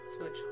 switch